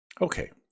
Okay